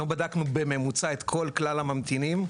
לא בדקנו בממוצע את כלל הממתינים,